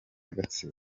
gatsibo